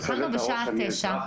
התחלנו בשעה 09:00,